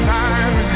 time